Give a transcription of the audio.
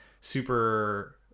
super